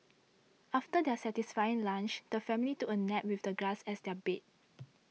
after their satisfying lunch the family took a nap with the grass as their bed